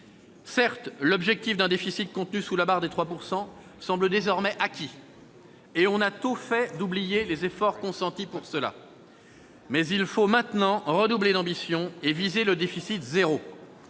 Certes, l'objectif d'un déficit contenu sous la barre des 3 % semble désormais acquis, et on a tôt fait d'oublier les efforts consentis pour cela. Mais il faut maintenant redoubler d'ambition et viser le déficit zéro